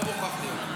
לא מוכרחים.